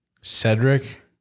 Cedric